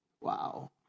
Wow